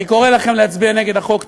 אני קורא לכם להצביע נגד החוק.